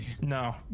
no